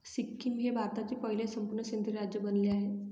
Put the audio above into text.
सिक्कीम हे भारतातील पहिले संपूर्ण सेंद्रिय राज्य बनले आहे